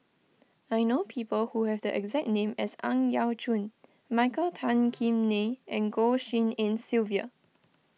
I know people who have the exact name as Ang Yau Choon Michael Tan Kim Nei and Goh Tshin En Sylvia